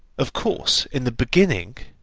of course, in the beginning,